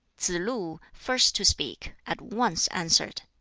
tsz-lu first to speak at once answered,